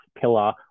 pillar